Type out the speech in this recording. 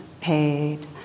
paid